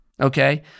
Okay